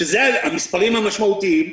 שזה המספרים המשמעותיים,